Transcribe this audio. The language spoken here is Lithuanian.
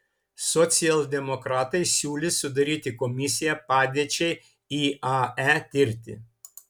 socialdemokratai siūlys sudaryti komisiją padėčiai iae tirti